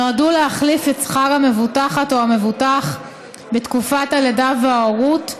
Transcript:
נועדו להחליף את שכר המבוטחת או המבוטח בתקופת הלידה וההורות,